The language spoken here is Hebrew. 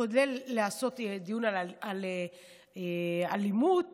כולל דיון על אלימות